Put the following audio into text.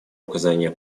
оказания